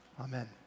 Amen